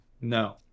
no